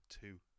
two